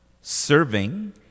Serving